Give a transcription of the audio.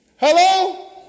Hello